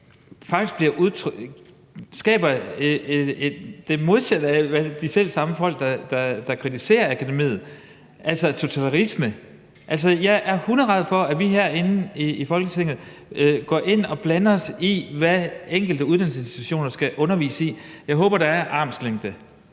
det skaber netop det, som de selv samme folk kritiserer Kunstakademiet for, nemlig totalitarisme. Jeg er hunderæd for, at vi herinde i Folketinget går ind og blander os i, hvad enkelte uddannelsesinstitutioner skal undervise i. Jeg håber, at der er et